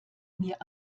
mir